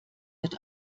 wird